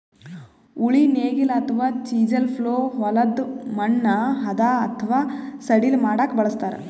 ಉಳಿ ನೇಗಿಲ್ ಅಥವಾ ಚಿಸೆಲ್ ಪ್ಲೊ ಹೊಲದ್ದ್ ಮಣ್ಣ್ ಹದಾ ಅಥವಾ ಸಡಿಲ್ ಮಾಡ್ಲಕ್ಕ್ ಬಳಸ್ತಾರ್